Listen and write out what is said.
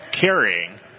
carrying